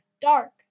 dark